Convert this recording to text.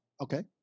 Okay